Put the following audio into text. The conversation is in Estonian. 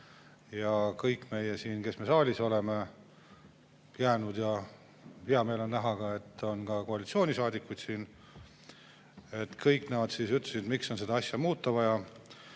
ja kõik meie, kes me saali oleme jäänud – hea meel on näha, et on ka koalitsioonisaadikuid siin –, kõik nemad siis ütlesid, miks on seda asja muuta vaja.